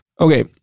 Okay